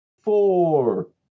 Four